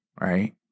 right